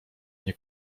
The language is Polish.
nie